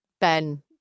Ben